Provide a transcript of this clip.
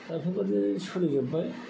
बेफोरबायदि सोलिजोबबाय